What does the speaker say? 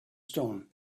stone